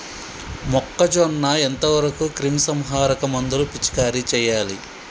మొక్కజొన్న ఎంత వరకు క్రిమిసంహారక మందులు పిచికారీ చేయాలి?